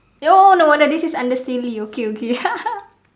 oh no wonder this is under silly okay okay